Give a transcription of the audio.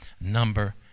number